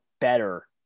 better